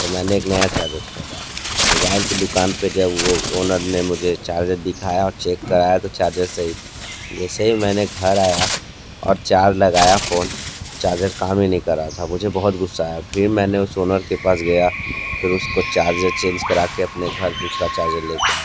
तो मैंने एक नया चार्जर खरीदा मोबाइल की दुकान पे जब वो ओनर ने मुझे चार्जर दिखाया और चेक कराया तो चार्जर सही था जैसे ही मैंने घर आया और चार्ज लगाया फ़ोन चार्जर काम ही नहीं कर रहा था मुझे बहुत ग़ुस्सा आया फिर मैंने उस ओनर के पास गया फिर उस को चार्जर चेंज करा के अपने घर दूसरा चार्जर ले के आया